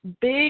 big